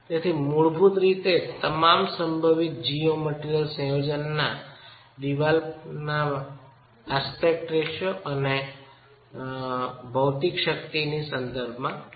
તેથી મૂળભૂત રીતે તમામ સંભવિત જીયોમટીરયલ સંયોજનોને દિવાલના પાસા રેશિયો અને ભૌતિક શક્તિની સંદર્ભમા જોઈ શકાય છે